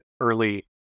early